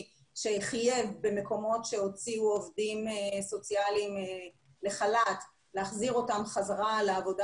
שחייב במקומות שהוציאו עובדים סוציאליים לחל"ת להחזיר אותם חזרה לעבודה